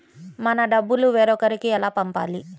మన డబ్బులు వేరొకరికి ఎలా పంపాలి?